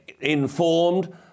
informed